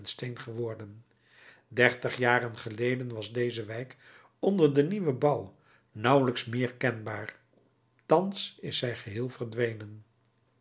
geworden dertig jaren geleden was deze wijk onder den nieuwen bouw nauwelijks meer kenbaar thans is zij geheel verdwenen